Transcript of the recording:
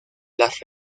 las